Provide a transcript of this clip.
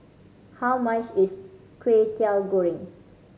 how much is Kway Teow Goreng